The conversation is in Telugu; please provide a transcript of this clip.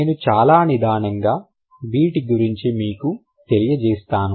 నేను చాలా నిదానంగా వీటి గురించి మీకు తెలియజేస్తాను